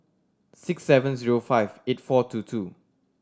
six seven zero five eight four two two